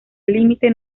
límite